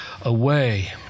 away